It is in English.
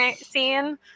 scene